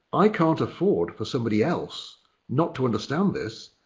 i can't afford for somebody else not to understand this,